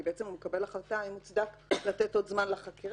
כי הוא מקבל החלטה אם מוצדק לתת עוד זמן לחקירה,